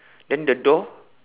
then the door